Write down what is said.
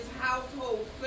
household